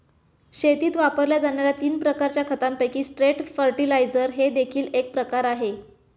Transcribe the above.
शेतीत वापरल्या जाणार्या तीन प्रकारच्या खतांपैकी स्ट्रेट फर्टिलाइजर हे देखील एक प्रकार आहे